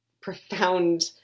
profound